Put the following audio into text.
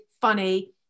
funny